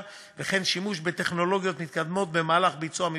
ושימוש בטכנולוגיות מתקדמות בביצוע המבחן,